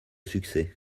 succès